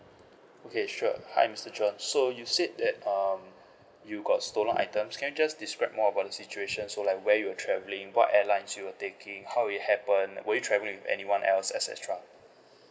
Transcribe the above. okay sure hi mister john so you said that um you got stolen items can you just describe more about the situation so like where you were travelling what airlines you were taking how it happen were you travelling with anyone else et cetera